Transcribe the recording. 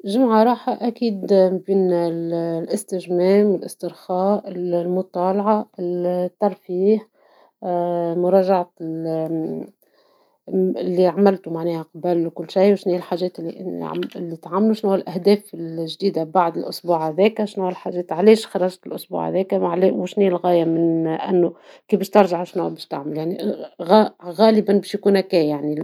جمعة راحة أكيد الاستجمام الاسترخاء ، المطالعة الترفيه ، مراجعة لي عملتوا معناها قبل كل شيء ، وشنيا هي الحاجات لي تعملوا ، وشنوا هوما الأهداف الجديد بعد الأسبوع هذاكا ، شنوا علاش خرجت الأسبوع هذاكا ، وشنيا الغاية أنو ، كفاش ترجع شنوا باش تعمل غالبا بش يكون هكايا يعني.